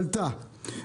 עלה,